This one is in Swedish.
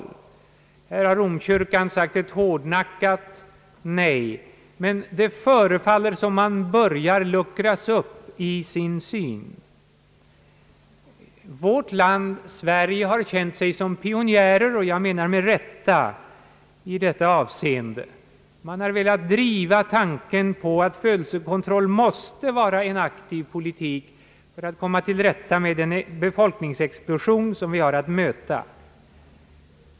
På detta område har Romkyrkan hittills sagt ett hårdnackat nej, men det förefaller som om man börjar luckras upp i sin syn. Vårt land har känt sig som pionjär — och jag menar med rätta — i detta avseende. Vi har velat driva tanken att födelsekontroll måste vara en aktiv politik för att vi skall komma till rätta med den befolkningsexplosion som vi har att möta.